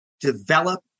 develop